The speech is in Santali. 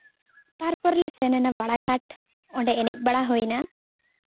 ᱛᱟᱨᱯᱚᱨ ᱞᱮ ᱥᱮᱱ ᱮᱱᱟ ᱵᱟᱲᱟ ᱜᱷᱟᱴ ᱚᱸᱰᱮ ᱮᱱᱮᱡ ᱵᱟᱲᱟ ᱦᱩᱭ ᱮᱱᱟ